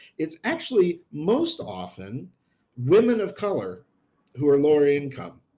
it's actually most often women of color who are lower income,